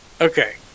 Okay